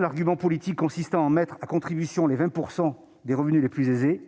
l'argument politique consistant à mettre à contribution les 20 % des revenus les plus aisés-